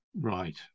Right